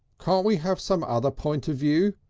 can't we have some other point of view?